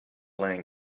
length